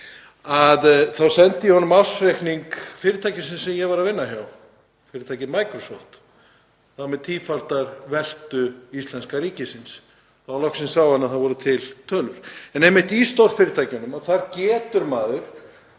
En þá sendi ég honum ársreikning fyrirtækisins sem ég var að vinna hjá, fyrirtækinu Microsoft sem var með tífalda veltu íslenska ríkisins. Þá loksins sá hann að það voru til tölur. Einmitt hjá stórfyrirtækjunum getur maður